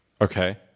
okay